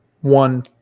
One